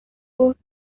گفت